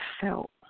felt